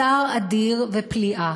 צער אדיר ופליאה,